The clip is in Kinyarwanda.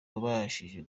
wabashije